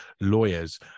lawyers